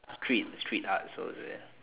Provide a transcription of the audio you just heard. street street art also is it